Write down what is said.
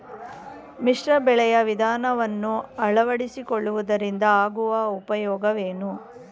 ಮಿಶ್ರ ಬೆಳೆಯ ವಿಧಾನವನ್ನು ಆಳವಡಿಸಿಕೊಳ್ಳುವುದರಿಂದ ಆಗುವ ಉಪಯೋಗವೇನು?